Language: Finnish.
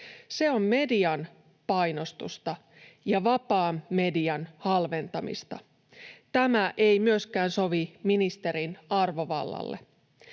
Se on median painostusta ja vapaan median halventamista. Tämä ei myöskään sovi ministerin arvovallalle.